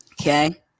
Okay